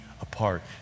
apart